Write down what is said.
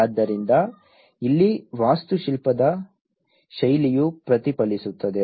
ಆದ್ದರಿಂದ ಇಲ್ಲಿ ವಾಸ್ತುಶಿಲ್ಪದ ಶೈಲಿಯು ಪ್ರತಿಫಲಿಸುತ್ತದೆ